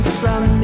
sun